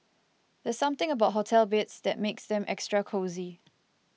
there's something about hotel beds that makes them extra cosy